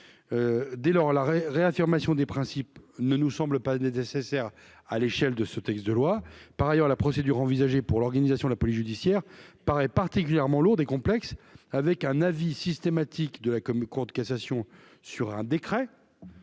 dès lors, la réaffirmation des principes ne nous semble pas nécessaire à l'échelle de ce texte de loi, par ailleurs, la procédure envisagée pour l'organisation de la police judiciaire paraît particulièrement lourde et complexe avec un avis systématique de la comme Cour de cassation sur un décret